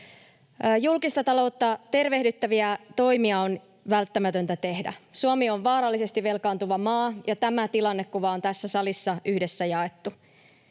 Julkista taloutta tervehdyttäviä toimia on välttämätöntä tehdä. Suomi on vaarallisesti velkaantuva maa, ja tämä tilannekuva on tässä salissa yhdessä jaettu.